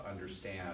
Understand